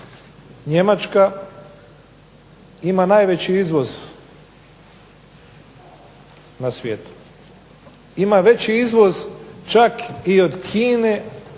Njemačka ima najveći izvoz na svijetu, ima veći izvoz čak i od Kine,